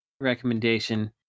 recommendation